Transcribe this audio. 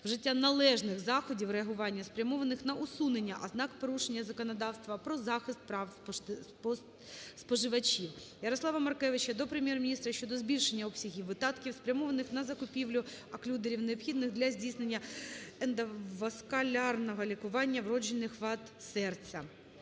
вжиття належних заходів реагування, спрямованих на усунення ознак порушення законодавства про захист прав споживачів. Ярослава Маркевича до Прем'єр-міністра щодо збільшення обсягів видатків, спрямованих на закупівлюоклюдерів, необхідних для здійснення ендоваскулярного лікування вроджених вад серця.